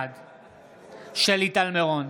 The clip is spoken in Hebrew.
בעד שלי טל מירון,